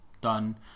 done